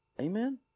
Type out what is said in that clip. Amen